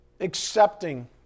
accepting